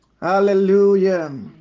Hallelujah